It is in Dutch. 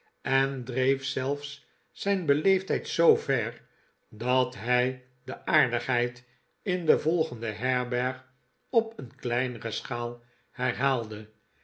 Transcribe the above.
en dreef zelfs zijn beleefdheid zoover dat hij de aardigheid in de volgende herberg op een kleinere schaal